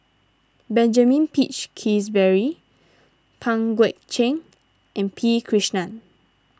Benjamin Peach Keasberry Pang Guek Cheng and P Krishnan